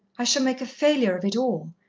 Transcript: i shall make a failure of it all,